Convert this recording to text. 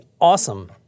awesome